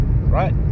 right